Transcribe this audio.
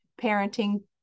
parenting